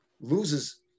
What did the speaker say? loses